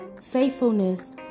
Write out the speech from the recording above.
faithfulness